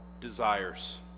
desires